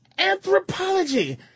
Anthropology